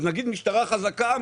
אז נגיד משטרה חזקה?